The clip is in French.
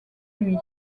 lui